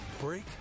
break